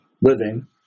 living